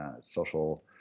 social